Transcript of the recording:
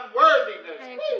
unworthiness